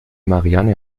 marianne